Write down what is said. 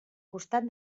costat